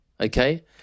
okay